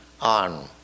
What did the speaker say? on